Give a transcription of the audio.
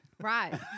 Right